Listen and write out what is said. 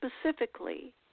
specifically